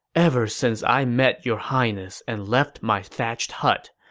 ever since i met your highness and left my thatched hut,